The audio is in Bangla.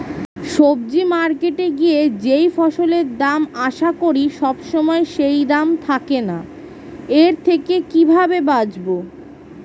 সবজি মার্কেটে গিয়ে যেই ফসলের দাম আশা করি সবসময় সেই দাম থাকে না এর থেকে কিভাবে বাঁচাবো?